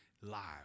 live